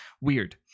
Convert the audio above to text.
weird